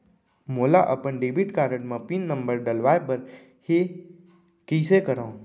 मोला अपन debit card म पिन नंबर डलवाय बर हे कइसे करव?